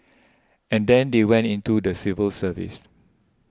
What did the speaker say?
and then they went into the civil service